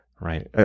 right